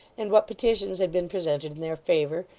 and what petitions had been presented in their favour,